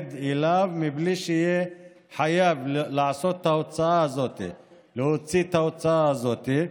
העובד אליו בלי שיהיה חייב להוציא את ההוצאה הזאת.